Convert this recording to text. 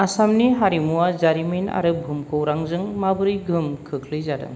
आसामनि हारिमुवा जारिमिन आरो भुमखौरांजों माबोरै गोहोम खोख्लैजादों